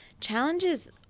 Challenges